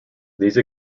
these